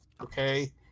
okay